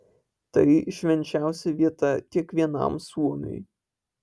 tai švenčiausia vieta kiekvienam suomiui